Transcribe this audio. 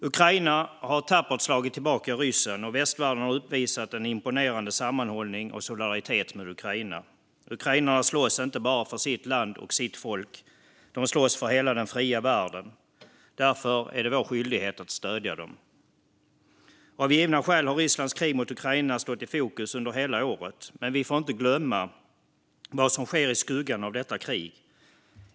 Ukraina har tappert slagit tillbaka ryssen, och västvärlden har uppvisat en imponerande sammanhållning och solidaritet med Ukraina. Ukrainarna slåss inte bara för sitt land och sitt folk. De slåss för hela den fria världen. Därför är det vår skyldighet att stödja dem. Av givna skäl har Rysslands krig mot Ukraina stått i fokus under hela året, men vi får inte glömma vad som sker i skuggan av detta krig.